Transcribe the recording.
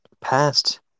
past